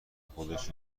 خودش